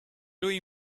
lui